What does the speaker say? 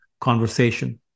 conversation